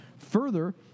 further